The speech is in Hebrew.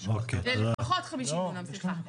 לפחות 50 דונם, סליחה.